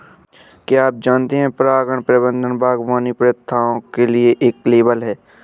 क्या आप जानते है परागण प्रबंधन बागवानी प्रथाओं के लिए एक लेबल है?